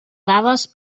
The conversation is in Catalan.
dades